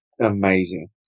amazing